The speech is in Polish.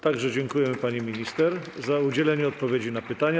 Także dziękujemy pani minister za udzielenie odpowiedzi na pytania.